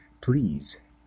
please